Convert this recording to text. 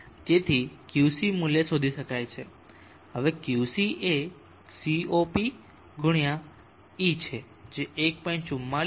તેથી Qc મૂલ્ય શોધી શકાય છે હવે Qc એ CoP × E છે જે 1